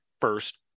first